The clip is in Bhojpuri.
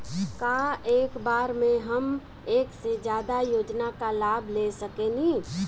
का एक बार में हम एक से ज्यादा योजना का लाभ ले सकेनी?